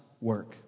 work